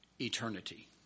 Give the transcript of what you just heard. eternity